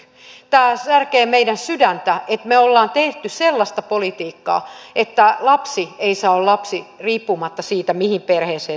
tämä särkee meidän sydäntämme että me olemme tehneet sellaista politiikkaa että lapsi ei saa olla lapsi riippumatta siitä mihin perheeseen syntyy